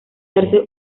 darse